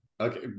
Okay